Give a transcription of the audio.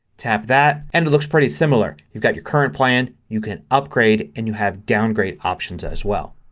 tap that and it looks pretty similar. you've got your current plan, you can upgrade, and you have downgrade options as well.